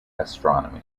astronomy